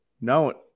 No